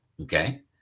Okay